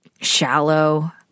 shallow